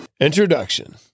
Introduction